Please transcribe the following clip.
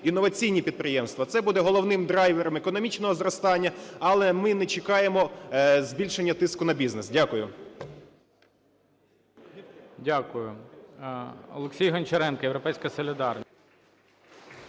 інноваційні підприємства. Це буде головним драйвером економічного зростання. Але ми не чекаємо збільшення тиску на бізнес. Дякую.